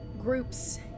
groups